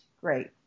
great